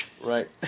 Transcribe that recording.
Right